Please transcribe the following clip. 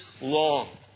long